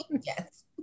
Yes